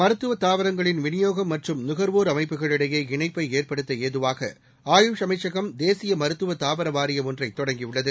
மருத்துவ தாவரங்களின் விநியோகம் மற்றும் நுகர்வோர் அமைப்புகளிடையே இணைப்பை ஏற்படுத்த ஏதுவாக ஆயுஷ் அமைச்சகம் தேசிய மருத்துவ தாவர வாரியம் ஒன்றை தொடங்கியுள்ளது